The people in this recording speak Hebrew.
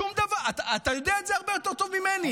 בצפון, אתה יודע את זה הרבה יותר טוב ממני.